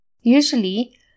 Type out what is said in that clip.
Usually